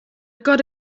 got